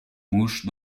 mouches